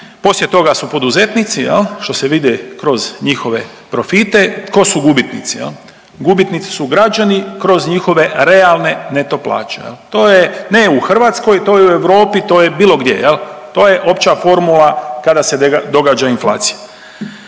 poslije toga su poduzetnici što se vidi kroz njihove profite. Ko su gubitnici? Gubitnici su građani kroz njihove realne neto plaće, ne u Hrvatskoj to je u Europi, to je bilo gdje to je opća formula kada se događa inflacija.